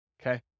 okay